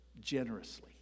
generously